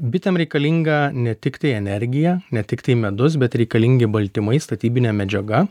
bitėm reikalinga ne tiktai energija ne tiktai medus bet reikalingi baltymai statybinė medžiaga